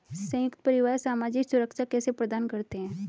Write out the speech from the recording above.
संयुक्त परिवार सामाजिक सुरक्षा कैसे प्रदान करते हैं?